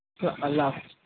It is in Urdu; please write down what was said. اچھا اللہ حافظ